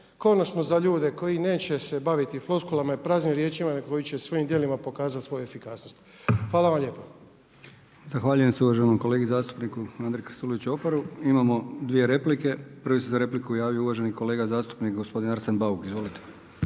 konačno za ljude koji neće se baviti floskulama i praznim riječima nego koji će svojim djelima pokazati svoju efikasnost. Hvala vam lijepa. **Brkić, Milijan (HDZ)** Zahvaljujem se uvaženom kolegi zastupniku Andri Krstuloviću Opari. Imamo dvije replike. Prvi se za repliku javio uvaženi kolega zastupnik gospodin Arsen Bauk. Izvolite.